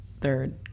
third